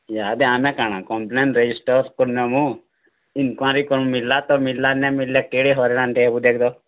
ଇହାଦେ ଆମେ କାଣା କମ୍ପ୍ଲେଣ୍ଟ୍ ରେଜିଷ୍ଟର୍ କରିନେମୁଁ ଇନ୍କ୍ୱାରି କ'ଣ୍ ମିଲ୍ଲା ତ ମିଲ୍ଲା ନାଇଁ ମିଲ୍ଲେ କେଡ଼େ ହଇରାଣ୍ଟେ ହେବୁ ଦେଖ୍ ତ